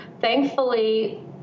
thankfully